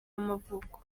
y’amavuko